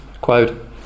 Quote